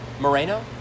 Moreno